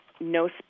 no